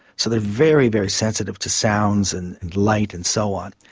so they are very, very sensitive to sounds and light and so on.